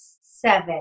seven